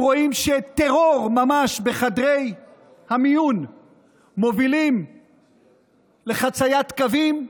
הם רואים שטרור ממש בחדרי המיון מוביל לחציית קווים,